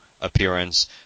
appearance